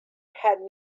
had